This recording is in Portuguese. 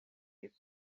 isso